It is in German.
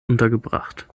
untergebracht